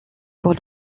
pour